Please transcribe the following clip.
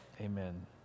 Amen